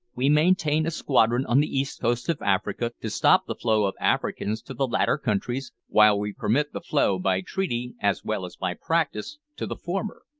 we maintain a squadron on the east coast of africa to stop the flow of africans to the latter countries, while we permit the flow by treaty, as well as by practice, to the former.